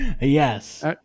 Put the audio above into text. yes